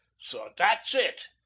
so that's it!